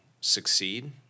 succeed